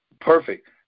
Perfect